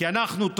כי אנחנו,